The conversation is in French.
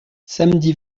samedi